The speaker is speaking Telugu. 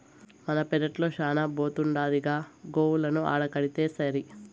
మన పెరట్ల శానా బోతుండాదిగా గోవులను ఆడకడితేసరి